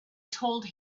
told